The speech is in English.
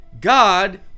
god